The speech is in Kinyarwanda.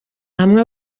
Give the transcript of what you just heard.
hamwe